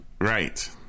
Right